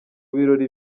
birori